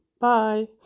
Bye